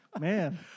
Man